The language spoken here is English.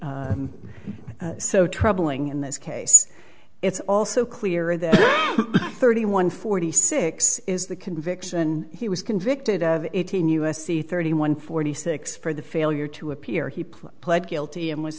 be so troubling in this case it's also clear that thirty one forty six is the conviction he was convicted of eighteen u s c thirty one forty six for the failure to appear he pled guilty and was